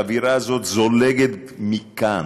האווירה הזאת זולגת מכאן,